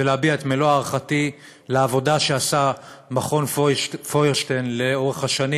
להביע את מלוא הערכתי לעבודה שעשה מכון פוירשטיין לאורך השנים.